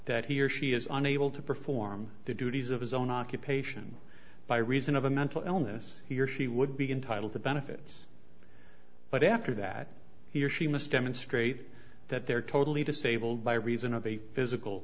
that he or she is unable to perform the duties of his own occupation by reason of a mental illness he or she would be entitle to benefits but after that he or she must demonstrate that they're totally disabled by reason of a physical